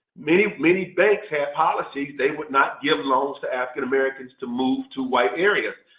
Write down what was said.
many many banks had policies. they would not give loans to african americans to move to white areas.